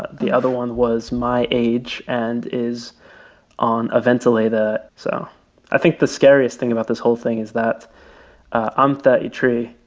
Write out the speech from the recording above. but the other one was my age and is on a ventilator. so i think the scariest thing about this whole thing is that i'm thirty three,